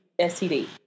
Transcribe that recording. STD